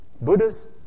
Buddhist